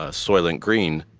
ah soylent green.